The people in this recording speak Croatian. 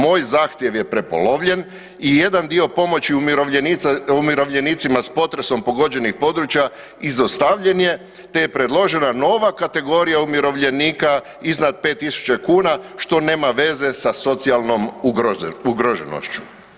Moj zahtjev je prepolovljen i jedan dio pomoći umirovljenicima s potresom pogođenih područja izostavljen je te je predložena nova kategorija umirovljenika iznad 5.000 kuna što nema veze sa socijalnom ugroženošću.